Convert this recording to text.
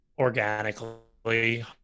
organically